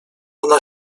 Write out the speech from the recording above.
ona